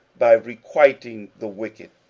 by requiting the wicked,